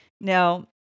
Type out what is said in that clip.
Now